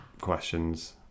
questions